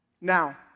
Now